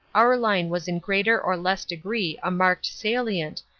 our line was in greater or less degree a marked salient,